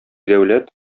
дәүләт